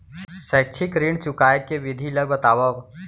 शैक्षिक ऋण चुकाए के विधि ला बतावव